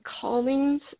callings